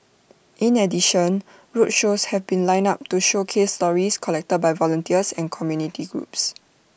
in addition roadshows have been lined up to showcase stories collected by volunteers and community groups